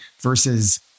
versus